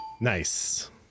Nice